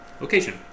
location